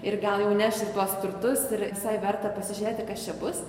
ir gal jau neš ir tuos turtus ir visai verta pasižiūrėti kas čia bus